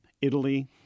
Italy